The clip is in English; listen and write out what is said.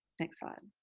next slide.